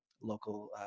local